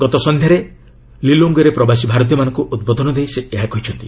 ଗତ ସନ୍ଧ୍ୟାରେ ଲିଲୋଙ୍ଗ୍ୱେରେ ପ୍ରବାସୀ ଭାରତୀୟମାନଙ୍କୁ ଉଦ୍ବୋଧନ ଦେଇ ସେ ଏହା କହିଛନ୍ତି